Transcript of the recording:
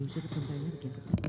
תמשיך, אלקין.